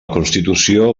constitució